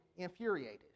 infuriated